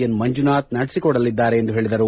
N Manjunath ನಡೆಸಿಕೊಡಲಿದ್ದಾರೆ ಎಂದು ಹೇಳಿದರು